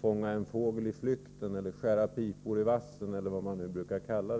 fånga en fågel i flykten eller skära pipor i vassen, eller hur man nu brukar säga.